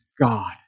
God